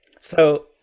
so-